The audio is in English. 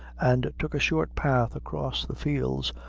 and took a short path across the fields,